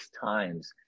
times